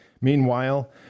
Meanwhile